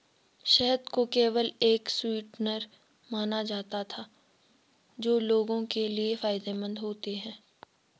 शहद को केवल एक स्वीटनर माना जाता था जो लोगों के लिए फायदेमंद होते हैं